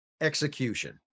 Execution